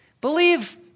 Believe